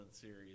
series